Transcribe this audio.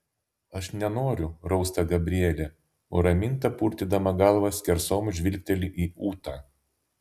aš nenoriu rausta gabrielė o raminta purtydama galvą skersom žvilgteli į ūtą